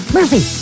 Murphy